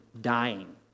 dying